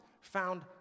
found